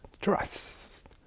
trust